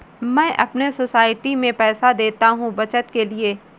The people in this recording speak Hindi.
मैं अपने सोसाइटी में पैसे देता हूं बचत के लिए